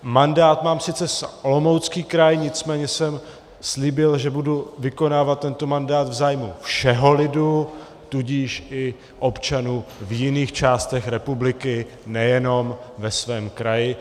Mandát mám sice za Olomoucký kraj, nicméně jsem slíbil, že budu vykonávat tento mandát v zájmu všeho lidu, tudíž i občanů v jiných částech republiky, nejenom ve svém kraji.